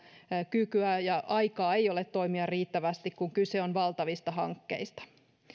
kykyä ja aikaa toimia ei ole riittävästi kun kyse on valtavista hankkeista